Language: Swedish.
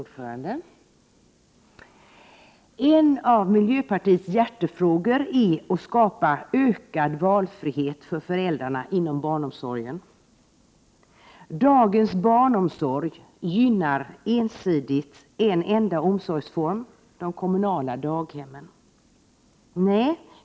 Herr talman! En av miljöpartiets hjärtefrågor är att skapa ökad valfrihet för föräldrarna inom barnomsorgen. Dagens barnomsorg gynnar ensidigt en enda omsorgsform, de kommunala daghemmen.